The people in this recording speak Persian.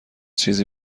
چیزی